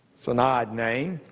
an odd nay.